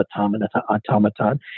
automaton